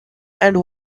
and